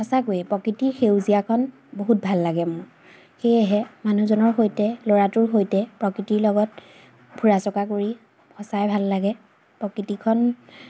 সঁচাকৈয়ে প্ৰকৃতিৰ সেউজীয়াখন বহুত ভাল লাগে মোৰ সেয়েহে মানুহজনৰ সৈতে ল'ৰাটোৰ সৈতে প্ৰকৃতিৰ লগত ফুৰা চকা কৰি সঁচাই ভাল লাগে প্ৰকৃতিখন